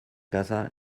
casa